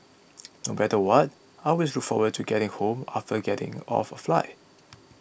no matter what I always look forward to getting home after I getting off a flight